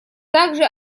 также